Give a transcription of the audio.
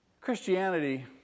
Christianity